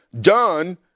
John